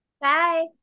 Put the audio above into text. Bye